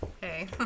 Hey